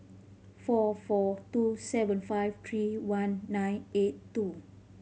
four four two seven five three one nine eight two